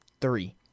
three